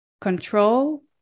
control